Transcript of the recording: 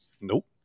Nope